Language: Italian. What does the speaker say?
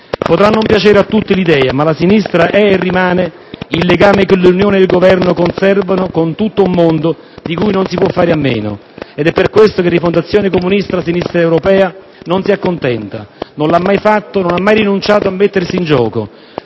Potrà non piacere a tutti l'idea, ma la sinistra è e rimane il legame che l'Unione e il Governo conservano con tutto un mondo di cui non si può fare a meno. È per questo che Rifondazione Comunista-Sinistra Europea non si accontenta. Non l'ha mai fatto, non ha mai rinunciato a mettersi in gioco,